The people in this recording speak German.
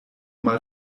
mal